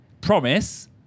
Promise